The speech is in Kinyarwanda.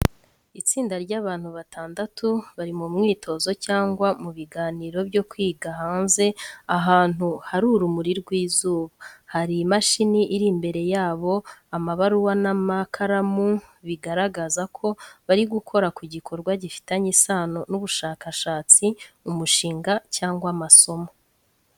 Itsinda ry’abantu batandatu bari mu mwitozo cyangwa mu biganiro byo kwiga hanze, ahantu hari urumuri rw'izuba. Hari imashini iri imbere yabo, amabaruwa n’amakaramu, bigaragaza ko bari gukora ku gikorwa gifitanye isano n’ubushakashatsi, umushinga cyangwa amasomo.